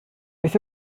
beth